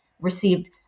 received